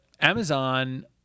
Amazon